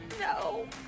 No